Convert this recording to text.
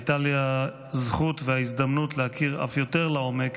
הייתה לי הזכות וההזדמנות להכיר אף יותר לעומק